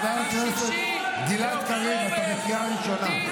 חבר הכנסת גלעד קריב, קריאה ראשונה.